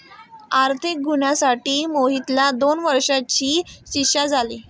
आर्थिक गुन्ह्यासाठी मोहितला दोन वर्षांची शिक्षा झाली